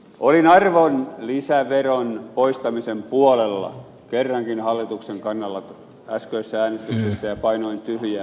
olin arvonlisäveron poistamisen puolella kerrankin hallituksen kannalla äskeisessä äänestyksessä ja painoin tyhjää